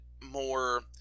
more